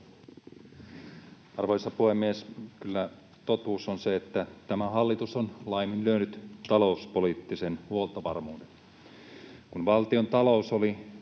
Arvoisa puhemies! Kyllä totuus on se, että tämä hallitus on laiminlyönyt talouspoliittisen huoltovarmuuden. Kun valtiontalous oli